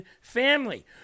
family